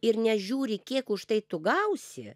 ir nežiūri kiek už tai tu gausi